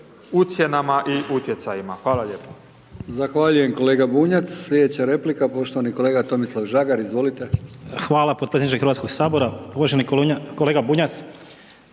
ucjenama i utjecajima. Hvala lijepo.